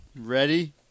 ready